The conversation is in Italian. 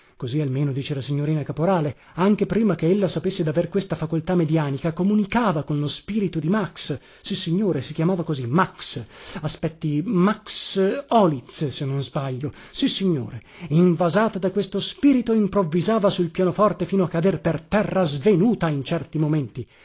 così almeno dice la signorina caporale anche prima che ella sapesse daver questa facoltà medianica comunicava con lo spirito di max sissignore si chiamava così max aspetti max oliz se non sbaglio sissignore invasata da questo spirito improvvisava sul pianoforte fino a cader per terra svenuta in certi momenti